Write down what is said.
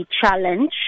challenge